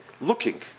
Looking